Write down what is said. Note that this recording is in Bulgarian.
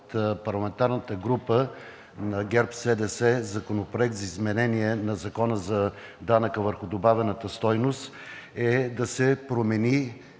парламентарната група на ГЕРБ-СДС Законопроект за изменение на Закона за данъка върху добавената стойност е да се промени